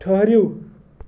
ٹھٔہرِو